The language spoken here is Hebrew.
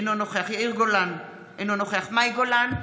אינו נוכח יאיר גולן, אינו נוכח מאי גולן,